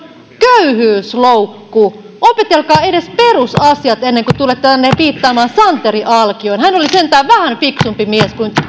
köyhyysloukku opetelkaa edes perusasiat ennen kuin tulette tänne viittaamaan santeri alkioon hän oli sentään vähän fiksumpi mies kuin